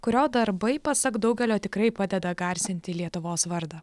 kurio darbai pasak daugelio tikrai padeda garsinti lietuvos vardą